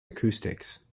acoustics